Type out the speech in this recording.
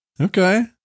Okay